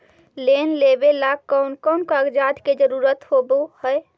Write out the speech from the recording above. Loan लेबे ला कौन कौन कागजात के जरुरत होबे है?